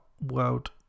World